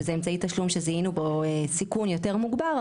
שזה אמצעי תשלום שזיהינו בו סיכון יותר מוגבר,